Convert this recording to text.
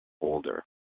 older